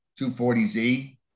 240Z